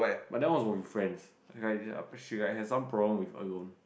but that one was from friends like she like have some problem with alone